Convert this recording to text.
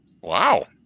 Wow